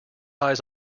eyes